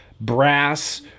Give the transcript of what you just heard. brass